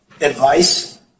advice